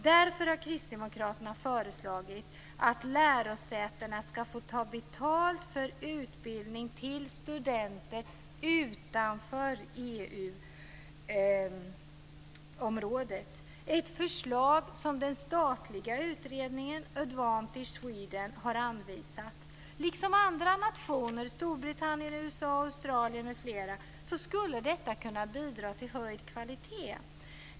Därför har Kristdemokraterna föreslagit att lärosätena ska få ta betalt för utbildning till studenter utanför EU-området, ett förslag som den statliga utredningen Advantage Sweden har anvisat. Liksom andra nationer som Storbritannien, USA, Australien m.fl. anser vi att detta skulle bidra till att höja kvaliteten.